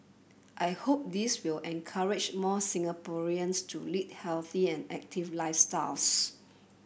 I hope this will encourage more Singaporeans to lead healthy and active lifestyles